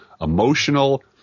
emotional